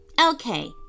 Okay